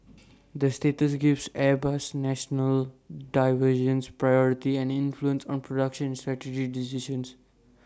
that status gives Airbus's national divisions priority and influence on production and strategy decisions